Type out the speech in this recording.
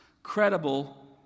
credible